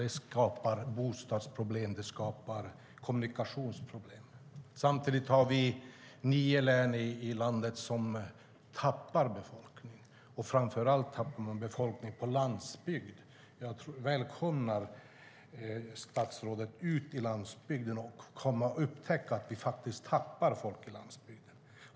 Det skapar bostadsproblem och kommunikationsproblem. Samtidigt finns det nio län i landet som tappar befolkning framför allt på landsbygden. Jag rekommenderar statsrådet att åka ut på landsbygden och upptäcka att man faktiskt tappar folk där.